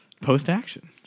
Post-action